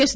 yes